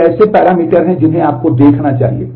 तो ये ऐसे पैरामीटर हैं जिन्हें आपको देखना चाहिए